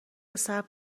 صبر